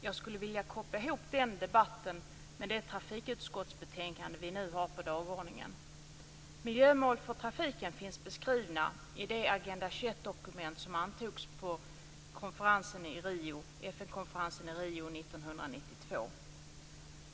Jag skulle vilja koppla ihop den debatten med det trafikutskottsbetänkande som vi nu behandlar. Miljömål för trafiken finns beskrivna i det Agenda 21-dokument som antogs på FN-konferensen i Rio 1992.